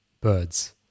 birds